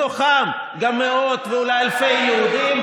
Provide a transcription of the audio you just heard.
בתוכם גם מאות ואולי אלפי יהודים,